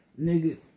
nigga